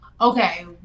okay